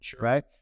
right